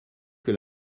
que